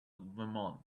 vermont